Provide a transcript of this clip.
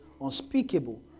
unspeakable